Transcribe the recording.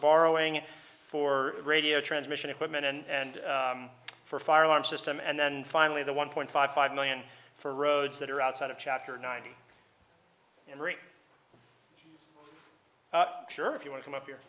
borrowing for radio transmission equipment and for fire alarm system and then finally the one point five five million for roads that are outside of chapter ninety three sure if you want them up here